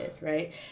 right